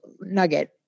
nugget